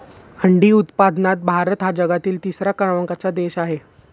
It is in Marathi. अंडी उत्पादनात भारत हा जगातील तिसऱ्या क्रमांकाचा देश आहे